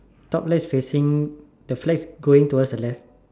top left facing the flag is going towards the left